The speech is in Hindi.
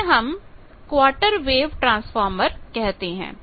इसे हम क्वार्टर वेव ट्रांसफार्मर कहते हैं